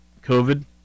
COVID